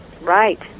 Right